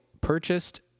purchased